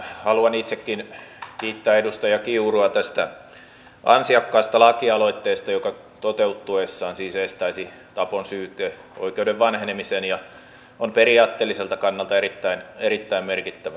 haluan itsekin kiittää edustaja kiurua tästä ansiokkaasta lakialoitteesta joka toteutuessaan siis estäisi tapon syyteoikeuden vanhenemisen ja on periaatteelliselta kannalta erittäin merkittävä asia